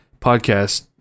podcast